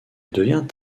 devient